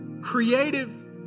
creative